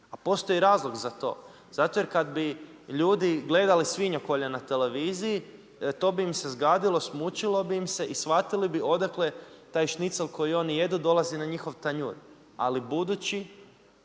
A postoji razlog za to, zato jer kada bi ljudi gledali svinjokolje na televiziji to bi im se zgadilo, smučilo bi im se i shvatili bi odakle taj šnicl koji oni jedu dolazi na njihov tanjur. Ali budući